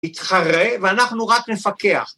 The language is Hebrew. יתחרה, ואנחנו רק נפקח.